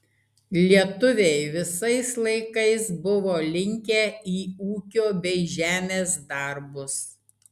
lietuviai visais laikais buvo linkę į ūkio bei žemės darbus